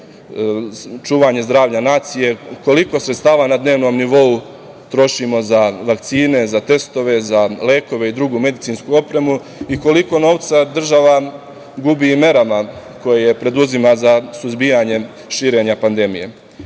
čuvanje zdravlja nacije, koliko sredstava na dnevnom nivou trošimo za vakcine, za testove, za lekove i drugu medicinsku opremu i koliko novca država gubi i merama koje preduzima za suzbijanje širenja pandemije. Zbog